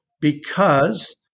because-